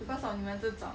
because of 你们这种